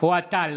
אוהד טל,